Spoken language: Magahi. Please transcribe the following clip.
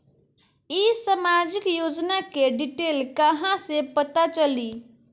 ई सामाजिक योजना के डिटेल कहा से पता चली?